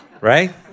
right